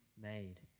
made